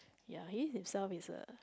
ya he himself is a